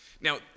Now